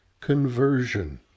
conversion